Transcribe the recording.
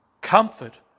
comfort